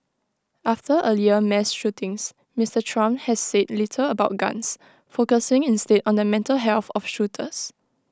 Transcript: after earlier mass shootings Mister Trump has said little about guns focusing instead on the mental health of shooters